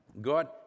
God